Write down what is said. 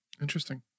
Interesting